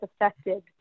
affected